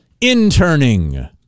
Interning